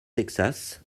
texas